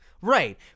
Right